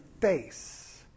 face